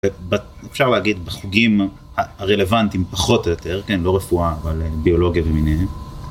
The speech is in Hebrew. אפשר להגיד בחוגים הרלוונטיים פחות או יותר, כן, לא רפואה, אבל ביולוגיה ומיניהם.